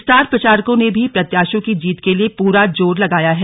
star प्रचारकों ने भी प्रत्याशियों की जीत के लिए पूरा जोर लगाया है